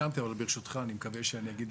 שהוא תיקני כמגרש שיכול להתאים בתחרויות.